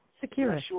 Secure